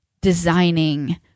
designing